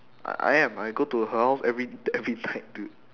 I I am I go to her house every every night dude